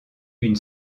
une